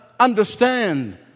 Understand